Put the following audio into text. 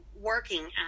working